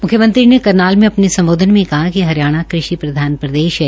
मुंख्यमंत्री ने करनाल में अपने संबोधन में कहा कि हरियाणा कृशि प्रधान प्रदेश है